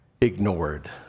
ignored